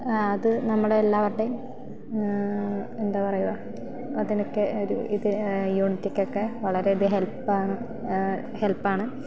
അത് നമ്മളെ എല്ലാവരുടെയും എന്താണ് പറയുക അതിനൊക്കെ ഒരു ഇത് യൂണിറ്റികൊക്കെ വളരെ അധികം ഹെൽപ്പ് ആണ് ഹെൽപ്പ് ആണ്